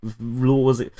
laws